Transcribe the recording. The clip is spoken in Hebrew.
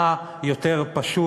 מה יותר פשוט,